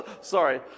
Sorry